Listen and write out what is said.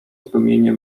zdumienie